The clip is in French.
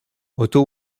otto